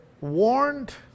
warned